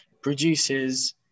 produces